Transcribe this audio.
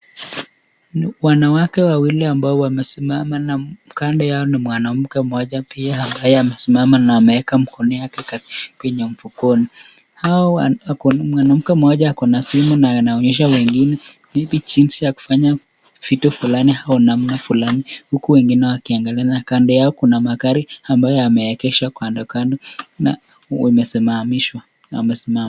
Ni wanawake wawili ambao wamesimama na kando yao ni mwanamke mmoja pia ambaye amesimama na ameweka mkono wake kwenye mfukoni. Hawa mwanamke mmoja ako na simu na anaonyesha wengine ni jinsi ya kufanya vitu fulani au namna fulani huku wengine wakiangalia na kando yao kuna magari ambayo yamewekeshwa kando kando na yamesimama yame.